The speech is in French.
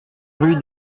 rue